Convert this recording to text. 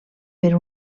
per